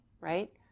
right